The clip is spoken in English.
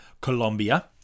Colombia